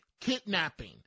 kidnapping